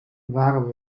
waren